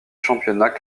championnat